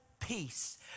peace